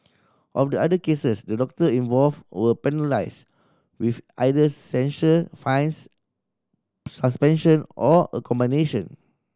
of the other cases the doctor involved were penalised with either censure fines suspension or a combination